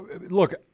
look